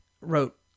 wrote